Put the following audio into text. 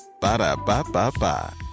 Ba-da-ba-ba-ba